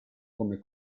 come